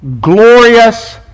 glorious